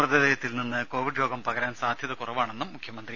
മ്യതദേഹത്തിൽ നിന്ന് കോവിഡ് രോഗം പകരാൻ സാധ്യത കുറവാണെന്നും മുഖ്യമന്ത്രി